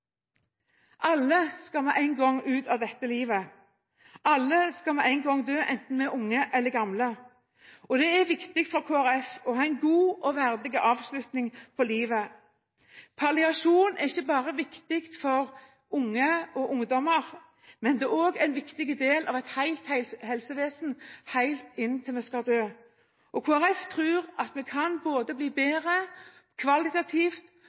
Alle skal vi en gang ut av dette livet. Alle skal vi en gang dø, enten vi er unge eller gamle. Det er viktig for Kristelig Folkeparti med en god og verdig avslutning på livet. Palliasjon er ikke bare viktig for barn og ungdom, men også en viktig del av et helt helsevesen, helt inntil vi skal dø. Kristelig Folkeparti tror at vi kan bli bedre både kvalitativt